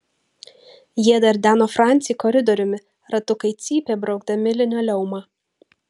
jie dardeno francį koridoriumi ratukai cypė braukdami linoleumą